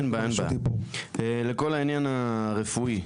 לכל העניין הרפואי.